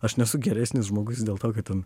aš nesu geresnis žmogus dėl to kad ten